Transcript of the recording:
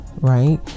right